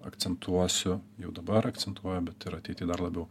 akcentuosiu jau dabar akcentuoju bet ir ateity dar labiau